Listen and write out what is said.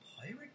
Pirate